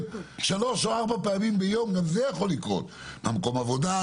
שלוש או ארבע פעמים ביום - במקום העבודה,